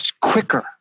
quicker